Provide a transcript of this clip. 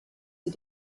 sie